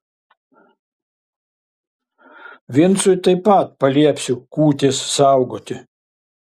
vincui taip pat paliepsiu kūtės saugoti